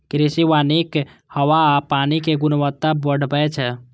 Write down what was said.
कृषि वानिक हवा आ पानिक गुणवत्ता बढ़बै छै